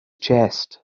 chest